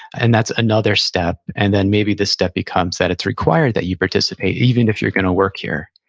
and that's another step, and then maybe this step becomes that it's required that you participate, even if you're going to work here,